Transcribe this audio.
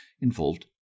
involved